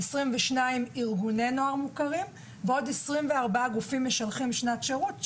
22 ארגוני נוער מוכרים ועוד 24 גופים משלחים לשנת שירות מוכרים.